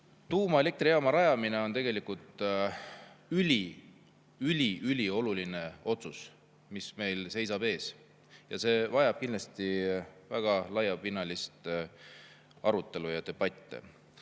Tuumaelektrijaama rajamine on tegelikult üli-üli-ülioluline otsus, mis meil seisab ees, ja see vajab kindlasti väga laiapinnalist arutelu ja debatti.